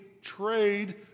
trade